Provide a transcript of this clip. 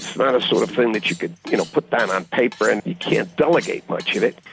it's not a sort of thing that you could you know put down on paper and you can't delegate much of it,